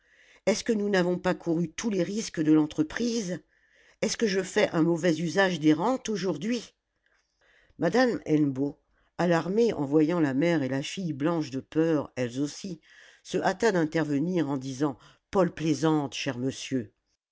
est-ce que nous n'avons pas couru tous les risques de l'entreprise est-ce que je fais un mauvais usage des rentes aujourd'hui madame hennebeau alarmée en voyant la mère et la fille blanches de peur elles aussi se hâta d'intervenir en disant paul plaisante cher monsieur